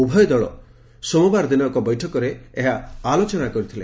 ଉଭୟ ଦଳ ସୋମବାର ଦିନ ଏକ ବୈଠକରେ ଆଲୋଚନା କରିଥିଲେ